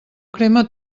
crema